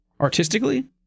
Artistically